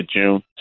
June